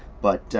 but